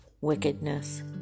wickedness